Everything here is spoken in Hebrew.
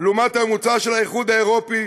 בהשוואה לממוצע של האיחוד האירופי,